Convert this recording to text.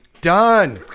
done